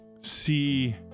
See